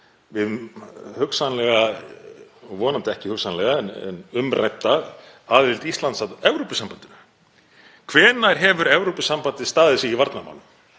við hugsanlega, og vonandi ekki hugsanlega en umrædda, aðild Íslands að Evrópusambandinu. Hvenær hefur Evrópusambandið staðið sig í varnarmálum?